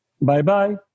Bye-bye